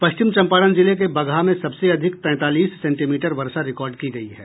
पश्चिम चम्पारण जिले के बगहा में सबसे अधिक तैंतालीस सेंटीमीटर वर्षा रिकॉर्ड की गयी है